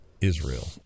Israel